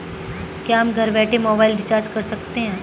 क्या हम घर बैठे मोबाइल रिचार्ज कर सकते हैं?